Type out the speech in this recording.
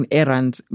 errands